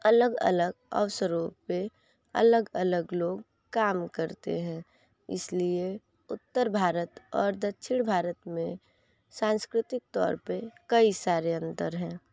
अलग अलग अवसरों पे अलग अलग लोग काम करते है इसलिए उत्तर भारत और दक्षिण भारत में सांस्कृतिक तौर पे कई सारे अंतर है